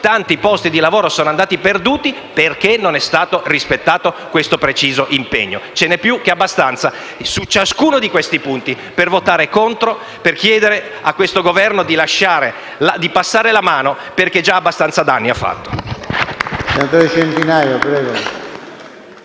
tanti posti di lavoro sono andati perduti perché non è stato rispettato questo preciso impegno. Ce n'è più che abbastanza, su ciascuno di questi punti, per votare la sfiducia, per chiedere a questo Governo di passare la mano perché già abbastanza danni ha fatto.